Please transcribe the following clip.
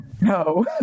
no